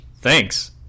thanks